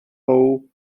how